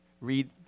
read